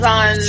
on